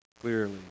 clearly